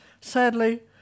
Sadly